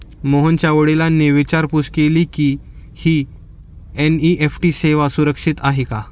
मोहनच्या वडिलांनी विचारपूस केली की, ही एन.ई.एफ.टी सेवा सुरक्षित आहे का?